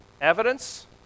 Evidence